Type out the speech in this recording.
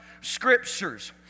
scriptures